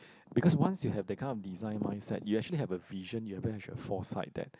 because once you have that kind of design mindset you actually have a vision you even have a foresight that